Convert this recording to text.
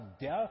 death